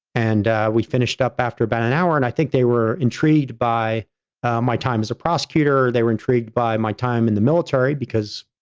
and we finished up after about an hour and i think they were intrigued intrigued by my time as a prosecutor, they were intrigued by my time in the military, because,